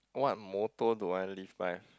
what motto do I live by